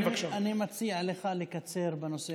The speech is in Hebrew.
אני מציע לך לקצר בנושא הזה.